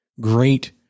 great